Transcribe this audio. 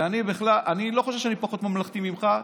ואני לא חושב שאני פחות ממלכתי ממך,